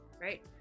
right